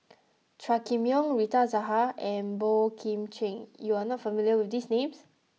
Chua Kim Yeow Rita Zahara and Boey Kim Cheng you are not familiar with these names